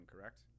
correct